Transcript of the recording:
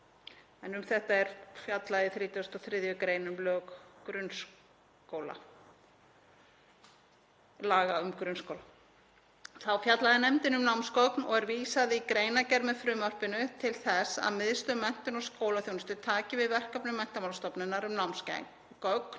Um þetta er fjallað í 33. gr. laga um grunnskóla. Þá fjallaði nefndin um námsgögn og er vísað í greinargerð með frumvarpinu til þess að Miðstöð menntunar og skólaþjónustu taki við verkefnum Menntamálastofnunar um námsgögn